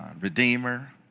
Redeemer